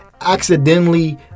accidentally